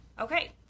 Okay